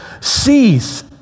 cease